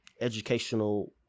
educational